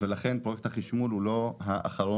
ולכן פרויקט החשמול הוא לא האחרון